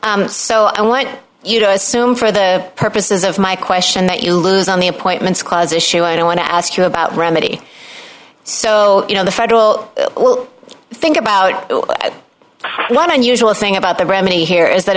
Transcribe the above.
perry so i want you to assume for the purposes of my question that you lose on the appointments clause issue and i want to ask you about remedy so you know the federal will think about one unusual thing about the remedy here is that